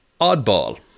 oddball